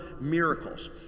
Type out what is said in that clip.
miracles